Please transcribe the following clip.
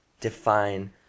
define